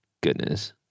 Goodness